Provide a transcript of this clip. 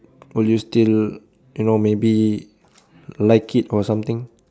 will you still you know maybe like it or something